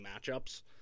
matchups